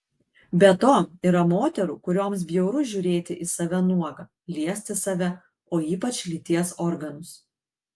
be to yra moterų kurioms bjauru žiūrėti į save nuogą liesti save o ypač lyties organus